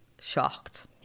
shocked